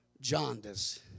Jaundice